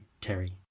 Terry